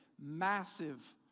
massive